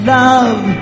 love